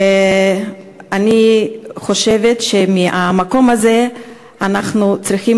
ואני חושבת שמהמקום הזה אנחנו צריכים